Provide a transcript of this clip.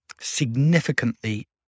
significantly